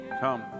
come